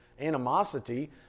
animosity